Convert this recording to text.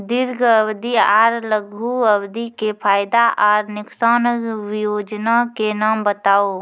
दीर्घ अवधि आर लघु अवधि के फायदा आर नुकसान? वयोजना के नाम बताऊ?